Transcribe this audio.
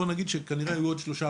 בואו נגיד שכנראה היו עוד שלושה,